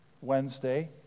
Wednesday